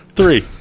Three